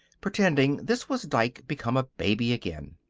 pretending this was dike become a baby again.